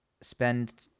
spend